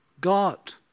God